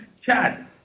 Chad